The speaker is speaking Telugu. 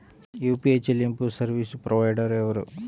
యూ.పీ.ఐ చెల్లింపు సర్వీసు ప్రొవైడర్ ఎవరు?